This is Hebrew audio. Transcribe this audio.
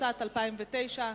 התשס"ט 2009,